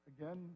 Again